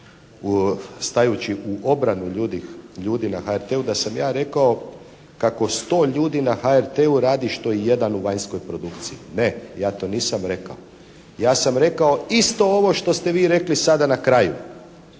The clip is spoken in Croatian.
stajući u obranu ljudi na HRT-u da sam ja rekao kako 100 ljudi na HRT-u radi što jedan u vanjskoj produkciji. Ne, ja to nisam rekao. Ja sam rekao isto ovo što ste vi rekli sada na kraju